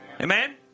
Amen